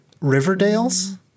Riverdale's